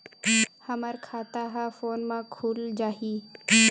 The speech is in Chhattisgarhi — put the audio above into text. हमर खाता ह फोन मा खुल जाही?